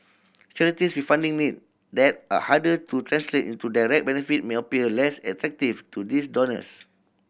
charities with funding need that are harder to translate into direct benefit may appear less attractive to these donors